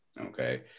okay